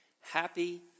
Happy